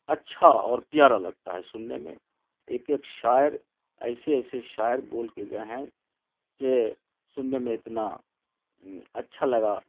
اچھا اور پیارا لگتا ہے سننے میں ایک ایک شاعر ایسے ایسے شاعر بول کے گئے ہیں کہ سننے میں اتنا اچھا لگا